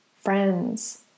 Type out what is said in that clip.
friends